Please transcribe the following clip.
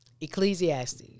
ecclesiastes